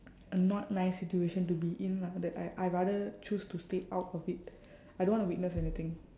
a not nice situation to be in lah that I I rather choose to stay out of it I don't wanna witness anything